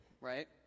right